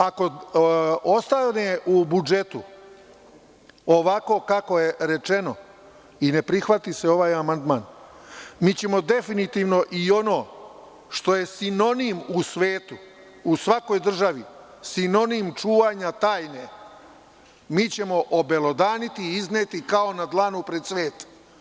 Ako ostane u budžetu ovako kako je rečeno i ne prihvati seovaj amandman, mi ćemo definitivno i ono što je sinonim u svetu, u svakoj državi, sinonim čuvanja tajne, mi ćemo obelodaniti i izneti kao na dlanu pred svet.